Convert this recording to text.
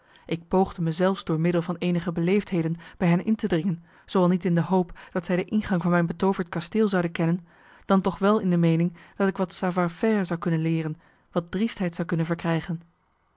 ik poogde me zelfs door middel van eenige beleefdheden bij hen in te dringen zooal niet in de hoop dat zij de ingang van mijn betooverd kasteel zouden kennen dan toch wel in de meening dat ik wat savoir faire zou kunnen leeren wat driestheid zou kunnen verkrijgen